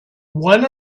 one